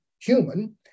human